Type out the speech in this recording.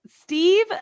Steve